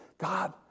God